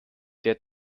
der